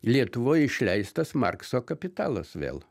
lietuvoj išleistas markso kapitalas vėl